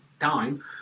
time